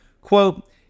Quote